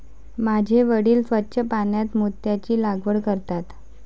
माझे वडील स्वच्छ पाण्यात मोत्यांची लागवड करतात